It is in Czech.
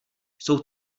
jsou